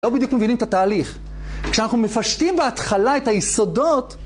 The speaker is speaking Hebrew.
לא בדיוק מבינים את התהליך. כשאנחנו מפשטים בהתחלה את היסודות...